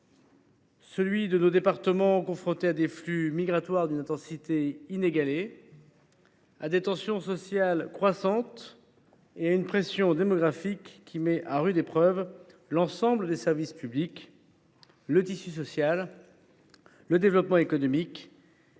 jeune de nos départements, confronté à des flux migratoires d’une intensité inégalée, à des tensions sociales croissantes et à une pression démographique qui met à rude épreuve l’ensemble de ses services publics, son tissu social et son développement économique, en un mot, la République.